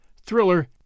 thriller